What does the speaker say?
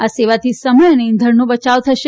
આ સેવાથી સમય તથા ઇંધણનો બયાવ થશે